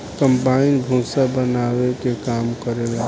combine भूसा बानावे के काम करेला